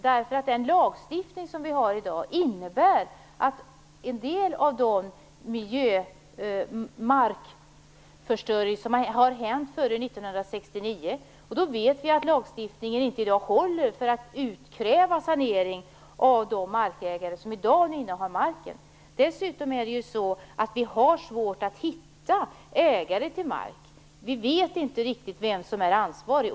Nuvarande lagstiftning - en del av markförstöringen hände ju före 1969 - håller inte i dag för att av de markägare som nu innehar marken kräva en sanering. Dessutom är det svårt att hitta ägarna till mark. Vi vet inte riktigt vem som är ansvarig.